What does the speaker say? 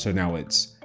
so now it's,